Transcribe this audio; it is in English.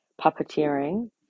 puppeteering